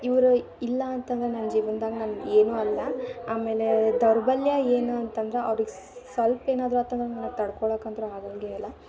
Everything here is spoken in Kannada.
ಇವ್ರು ಇಲ್ಲ ಅಂತಂದ್ರೆ ನನ್ನ ಜೀವನ್ದಾಗ ನಾನು ಏನು ಅಲ್ಲ ಆಮೇಲೆ ದೌರ್ಬಲ್ಯ ಏನು ಅಂತಂದ್ರೆ ಅವ್ರಿಗೆ ಸಲ್ಪ ಏನಾದರೂ ಆತಂದ್ರೆ ನನಗೆ ತಡ್ಕೊಳಕಂತೂ ಆಗಂಗೇ ಇಲ್ಲ